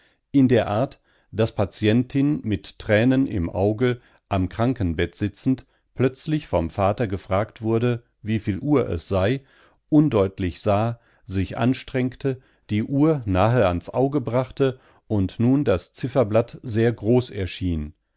in der art daß patientin mit tränen im auge am krankenbett sitzend plötzlich vom vater gefragt wurde wieviel uhr es sei undeutlich sah sich anstrengte die uhr nahe ans auge brachte und nun das zifferblatt sehr groß erschien